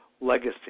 Legacy